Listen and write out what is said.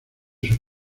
sus